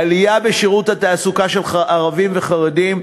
עלייה בשיעור התעסוקה של ערבים וחרדים,